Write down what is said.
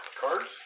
cards